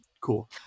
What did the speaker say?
cool